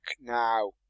now